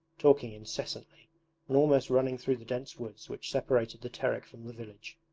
talking incessantly and almost running through the dense woods which separated the terek from the village.